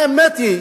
האמת היא,